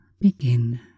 begin